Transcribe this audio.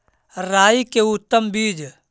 राई के उतम बिज?